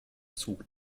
zog